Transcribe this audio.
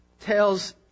tells